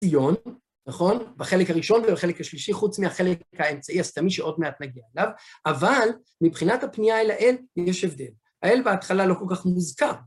ציון, נכון? בחלק הראשון ובחלק השלישי, חוץ מהחלק האמצעי הסתמי שעוד מעט נגיע אליו, אבל מבחינת הפנייה אל האל, יש הבדל. האל בהתחלה לא כל כך מוזכר.